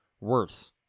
worse